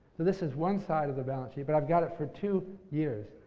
this is one side of the balance sheet, but i've got it for two years.